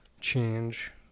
change